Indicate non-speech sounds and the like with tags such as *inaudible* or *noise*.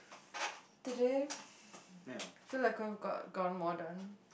*breath* today *breath* feel like I'm got gotten more done